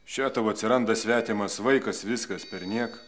še tau atsiranda svetimas vaikas viskas perniek